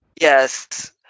Yes